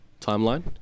timeline